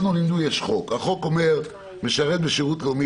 אותנו לימדו שיש חוק והחוק אומר שמשרת בשירות לאומי